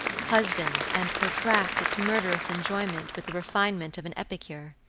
husband and protract its murderous enjoyment with the refinement of an epicure,